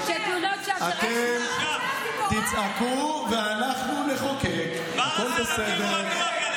אתם תצעקו ואנחנו נחוקק, הכול בסדר.